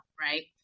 right